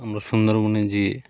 আমরা সুন্দরবনে যে